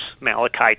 Malachi